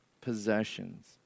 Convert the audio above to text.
possessions